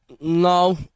No